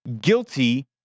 guilty